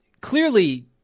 Clearly